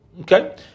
Okay